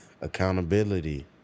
Accountability